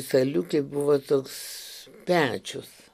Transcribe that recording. saliukėj buvo toks pečius